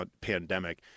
pandemic